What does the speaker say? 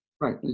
Right